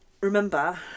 remember